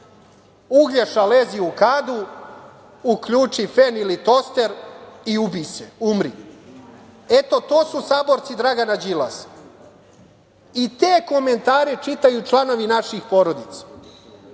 Uglješa lezi u kadu, uključi fen ili toster i ubi se, umri. Eto, to su saborci Dragana Đilasa i te komentare čitaju članovi naših porodica,